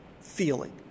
feeling